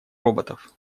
роботов